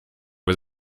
was